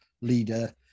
leader